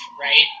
right